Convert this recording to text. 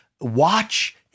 Watch